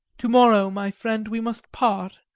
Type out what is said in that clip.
to-morrow, my friend, we must part.